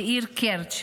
לעיר קרץ',